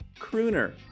crooner